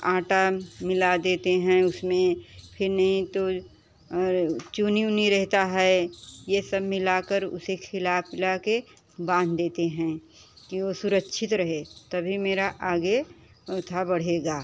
आटा मिला देते हैं उसमें फिर नहीं तो और चुनी उनी रहता है ये सब मिलाकर उसे खिला पीला के बांध देते हैं की वो सुरक्षित रहे तभी मेरा आगे औधा बढ़ेगा